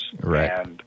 Right